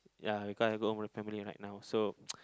ya because I got my own family right now so